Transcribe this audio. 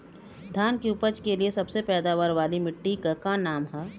धान की उपज के लिए सबसे पैदावार वाली मिट्टी क का नाम ह?